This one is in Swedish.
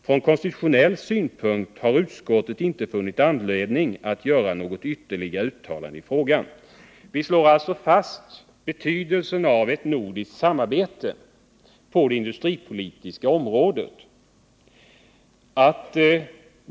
Från konstitutionella synpunkter har utskottet inte funnit anledning att göra något ytterligare uttalande i frågan.” Utskottet slår alltså fast betydelsen av ett nordiskt samarbete på det industripolitiska området.